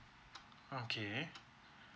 okay